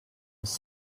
his